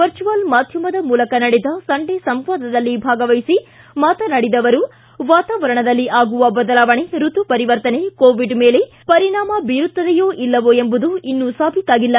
virtual ಮಾಧ್ವಮದ ಮೂಲಕ ನಡೆದ ಸಂಡೇ ಸಂವಾದಿದಲ್ಲಿ ಭಾಗವಹಿಸಿ ಮಾತನಾಡಿದ ಅವರು ವಾತಾವರಣದಲ್ಲಿ ಆಗುವ ಬದಲಾವಣೆ ಋತು ಪರಿವರ್ತನೆ ಕೋವಿಡ್ ಮೇಲೆ ಪರಿಣಾಮ ಬೀರುತ್ತದೆಯೋ ಇಲ್ಲವೋ ಎಂಬುದು ಇನ್ನೂ ಸಾಬೀತಾಗಿಲ್ಲ